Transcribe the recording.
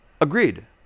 Agreed